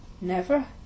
Never